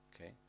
okay